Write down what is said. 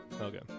Okay